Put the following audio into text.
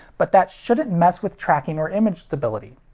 but that shouldn't mess with tracking or image stability.